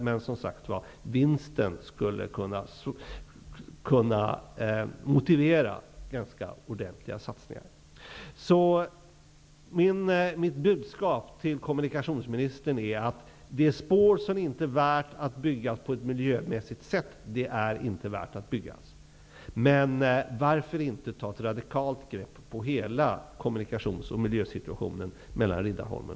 Men, som sagt var, vinsten skulle kunna motivera ganska ordentliga satsningar. Mitt budskap till kommunikationsministern är att det spår som inte är värt att bygga på ett miljömässigt sätt, det är inte värt att bygga. Men varför inte ta ett radikalt grepp på hela kommunikations och miljösituationen mellan